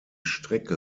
strecke